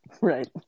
Right